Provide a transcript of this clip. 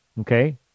okay